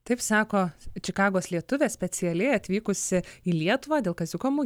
taip sako čikagos lietuvė specialiai atvykusi į lietuvą dėl kaziuko mugės